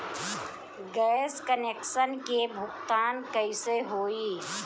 Gas connection के भुगतान कैसे होइ?